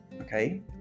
okay